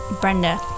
Brenda